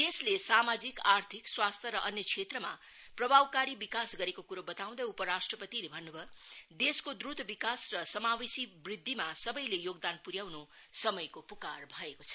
देशले सामाजिक आर्थिक स्वास्थ्य र अन्य क्षेत्रमा प्रभावकारी विकास गरेको कुरो बताउँदै उपराष्ट्रपतिले भन्नु भयो देशको द्वत विकास र समावेशी वृद्धिमा सबैले योगदान पुर्याउनु समयको पुकार भएको छ